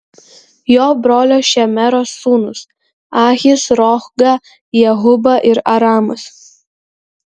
jo brolio šemero sūnūs ahis rohga jehuba ir aramas